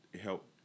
help